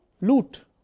loot